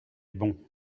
bon